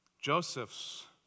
Joseph's